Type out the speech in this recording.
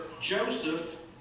Joseph